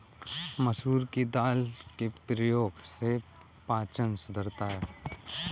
मसूर दाल के प्रयोग से पाचन सुधरता है